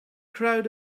crowd